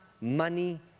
money